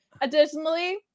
Additionally